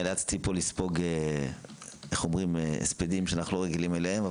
נאלצתי פה לספוג הספדים שאנחנו לא רגילים אליהם.